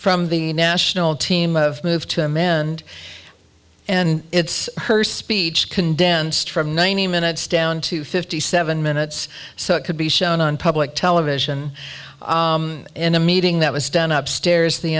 from the national team of move to amend and it's her speech condensed from ninety minutes down to fifty seven minutes so it could be shown on public television in a meeting that was done upstairs the